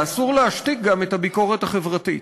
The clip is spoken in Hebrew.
ואסור להשתיק גם את הביקורת החברתית.